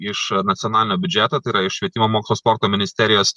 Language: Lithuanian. iš nacionalinio biudžeto tai yra iš švietimo mokslo sporto ministerijos